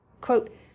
Quote